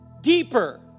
Deeper